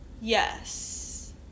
Yes